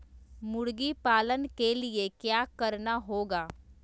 मुर्गी पालन के लिए क्या करना होगा?